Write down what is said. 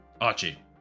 Archie